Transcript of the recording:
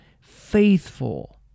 faithful